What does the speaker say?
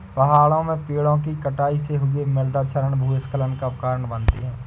पहाड़ों में पेड़ों कि कटाई से हुए मृदा क्षरण भूस्खलन का कारण बनते हैं